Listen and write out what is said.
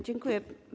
Dziękuję.